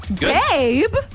babe